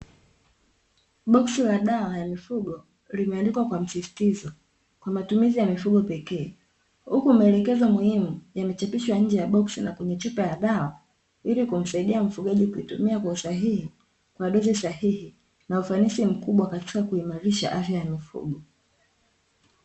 Boksi la dawa ya mifugo limeandikwa kwa msisitizo kwa matumizi ya mifugo pekee. Huku maelekezo muhimu yamechapishwa nje ya boksi na kwenye chupa ya dawa, ili kumsaidia mfugaji kuitumia kwa usahihi, kwa dozi sahihi na ufanisi mkubwa katika kuimarisha afya ya mifugo.